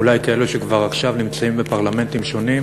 אולי כאלו שכבר עכשיו נמצאים בפרלמנטים שונים.